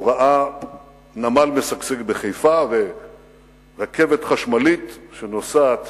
הוא ראה נמל משגשג בחיפה ורכבת חשמלית שנוסעת